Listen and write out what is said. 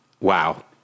wow